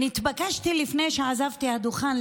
נתבקשתי לפני שעזבתי את הדוכן,